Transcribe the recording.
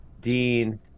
Dean